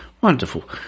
wonderful